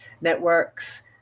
networks